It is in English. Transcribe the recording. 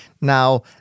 Now